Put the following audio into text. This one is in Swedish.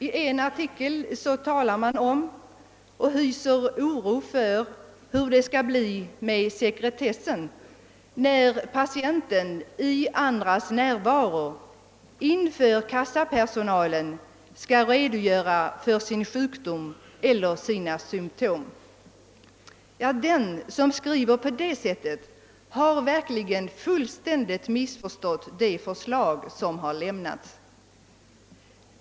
I en artikel uttalas oro för hur det skall bli med sekretessen när patienten i andras närvaro inför kassapersonalen skall redogöra för sin sjukdom eller sina symptom. Den som skriver på det sättet har fullständigt missförstått det förslag som föreligger.